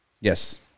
yes